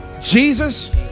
Jesus